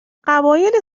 قبایل